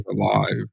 alive